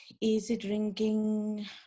easy-drinking